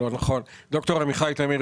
ד"ר עמיחי טמיר,